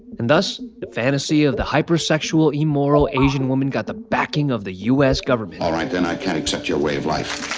and thus, the fantasy of the hypersexual, immoral asian woman got the backing of the u s. government all right, then. i can't accept your way of life.